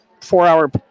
four-hour